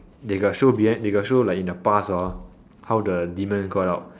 they got show behind they got show like in the past hor how the demon got out